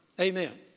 Amen